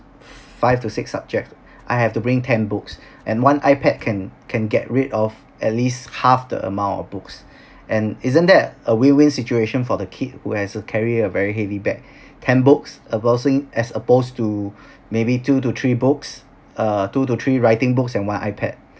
five to six subject I have to bring ten books and one I_pad can can get rid of at least half the amount of books and isn't that a win win situation for the kid who has to carry a very heavy bag ten books opposing as opposed to maybe two to three books uh two to three writing books and one I_pad